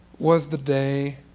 was the day,